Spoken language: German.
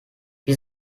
wir